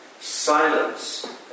silence